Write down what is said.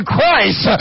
Christ